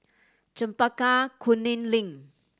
Chempaka Kuning Link